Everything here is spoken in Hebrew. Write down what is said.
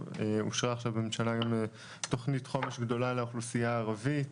אושרה עכשיו בממשלה תכנית חומש גדולה לאוכלוסיה הערבית.